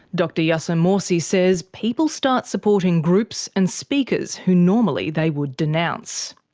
dr yassir morsi says people start supporting groups and speakers who normally they would denounce.